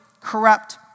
corrupt